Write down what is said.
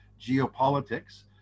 geopolitics